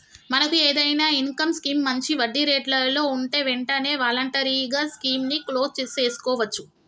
మనకు ఏదైనా income scheme మంచి వడ్డీ రేట్లలో ఉంటే వెంటనే వాలంటరీగా స్కీమ్ ని క్లోజ్ సేసుకోవచ్చు